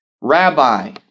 rabbi